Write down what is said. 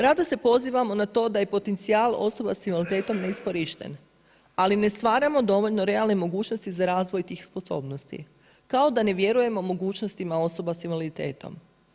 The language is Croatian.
Rado se pozivamo na to da je potencijal osoba sa invaliditetom neiskorišten ali ne stvaramo dovoljno realne mogućnost za razvoj tih sposobnosti kao da ne vjerujemo mogućnostima osoba sa invaliditetom.